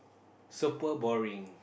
super boring